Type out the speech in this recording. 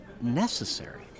necessary